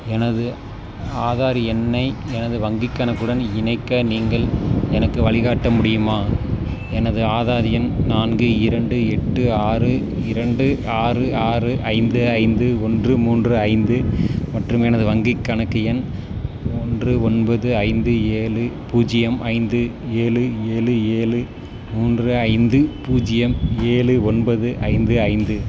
எனது ஆதார் எண்ணை எனது வங்கிக் கணக்குடன் இணைக்க நீங்கள் எனக்கு வழிகாட்ட முடியுமா எனது ஆதார் எண் நான்கு இரண்டு எட்டு ஆறு இரண்டு ஆறு ஆறு ஐந்து ஐந்து ஒன்று மூன்று ஐந்து மற்றும் எனது வங்கிக் கணக்கு எண் ஒன்று ஒன்பது ஐந்து ஏழு பூஜ்ஜியம் ஐந்து ஏழு ஏழு ஏழு மூன்று ஐந்து பூஜ்ஜியம் ஏழு ஒன்பது ஐந்து ஐந்து